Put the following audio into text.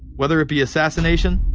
whether it be assassination,